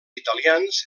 italians